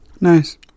Nice